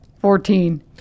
Fourteen